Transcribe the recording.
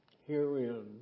Herein